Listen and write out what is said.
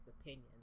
opinion